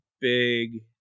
big